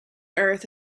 earth